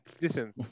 Listen